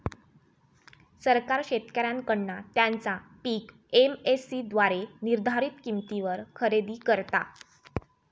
सरकार शेतकऱ्यांकडना त्यांचा पीक एम.एस.सी द्वारे निर्धारीत किंमतीवर खरेदी करता